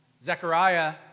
Zechariah